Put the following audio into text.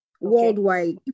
worldwide